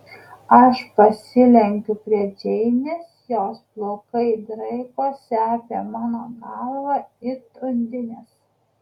aš pasilenkiu prie džeinės jos plaukai draikosi apie mano galvą it undinės